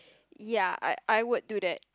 ya I I would do that